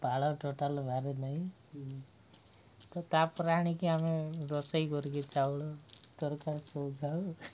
ପାଳ total ବାରି ନାହିଁ ତ ତାପରେ ଆଣିକି ଆମେ ରୋଷେଇ କରିକି ଚାଉଳ ତରକାରୀ ସବୁ ଯାଉ